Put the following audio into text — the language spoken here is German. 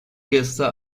gäste